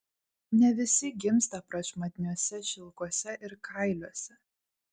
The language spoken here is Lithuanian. ne visi gimsta prašmatniuose šilkuose ir kailiuose